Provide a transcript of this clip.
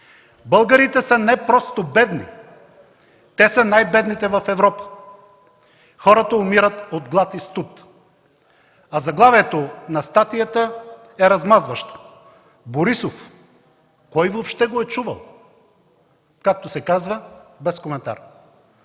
„Българите са не просто бедни, те са най-бедните в Европа! Хората умират от глад и студ.” Заглавието на статията е размазващо: „Борисов – кой въобще го е чувал!?” Както се казва: „Без коментар!”.